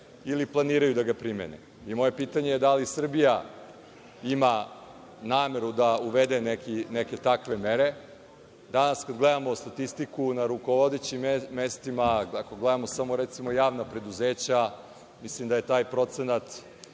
ili planiraju da ga primene. Moje pitanje je – da li Srbija ima nameru da uvede neke takve mere? Danas kada gledamo statistiku, na rukovodećim mestima, ako gledamo samo javna preduzeća, mislim da je taj procenat